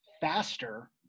faster